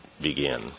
begin